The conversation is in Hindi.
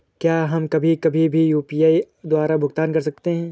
क्या हम कभी कभी भी यू.पी.आई द्वारा भुगतान कर सकते हैं?